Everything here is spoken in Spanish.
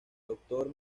doctor